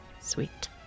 Sweet